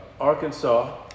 Arkansas